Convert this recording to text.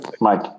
Mike